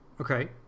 Okay